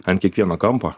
ant kiekvieno kampo